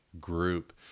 group